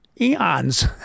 eons